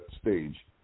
stage